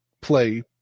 play